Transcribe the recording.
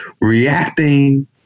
reacting